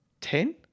Ten